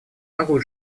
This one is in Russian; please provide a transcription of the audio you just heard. могу